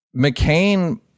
McCain